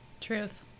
Truth